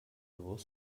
bus